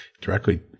directly